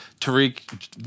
Tariq